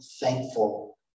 thankful